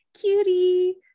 cutie